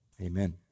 amen